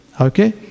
Okay